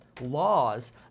laws